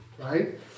Right